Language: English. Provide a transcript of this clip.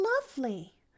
lovely